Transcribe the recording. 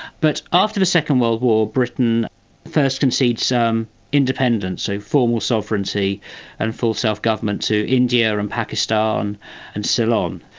but after the second world war britain first concedes um independence, so formal sovereignty and full self-government to india and pakistan and ceylon.